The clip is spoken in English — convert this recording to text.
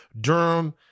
Durham